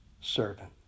servant